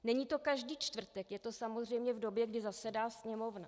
Není to každý čtvrtek, je to samozřejmě v době, kdy zasedá Sněmovna.